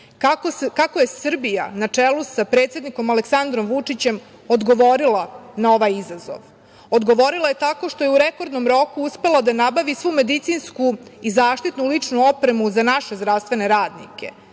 kako je Srbija na čelu sa predsednikom Aleksandrom Vučićem odgovorila na ovaj izazov. Odgovorila je tako što je u rekordnom roku uspela da nabavi svu medicinsku i zaštitnu ličnu opremu za naše zdravstvene radnike.